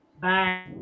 Bye